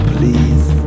Please